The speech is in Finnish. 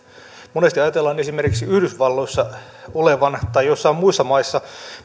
monesti ajatellaan esimerkiksi yhdysvalloissa tai joissain muissa maissa